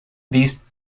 these